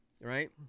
right